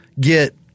get